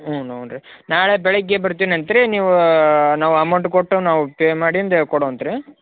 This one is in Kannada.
ಹ್ಞೂ ನೋಡ್ರಿ ನಾಳೆ ಬೆಳಗ್ಗೆ ಬರ್ತೀನಂತ್ರೀ ನೀವೂ ನಾವು ಅಮೌಂಟ್ ಕೊಟ್ಟು ನಾವು ಪೇ ಮಾಡಿನಿ ರೀ ಕೊಡೊವಂತ್ರೀ